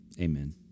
Amen